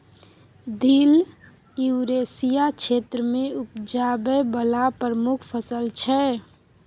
दिल युरेसिया क्षेत्र मे उपजाबै बला प्रमुख फसल छै